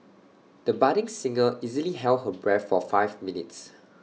the budding singer easily held her breath for five minutes